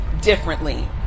differently